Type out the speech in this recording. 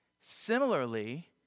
Similarly